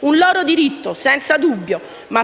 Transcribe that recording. un loro diritto, senza dubbio,